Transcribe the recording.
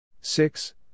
six